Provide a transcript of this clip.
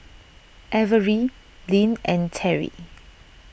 Averie Lynn and Terry